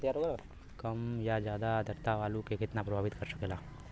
कम या ज्यादा आद्रता आलू के कितना प्रभावित कर सकेला?